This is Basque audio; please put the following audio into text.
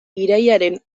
irailaren